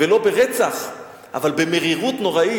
ולא ברצח אבל במרירות נוראית,